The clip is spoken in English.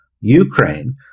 Ukraine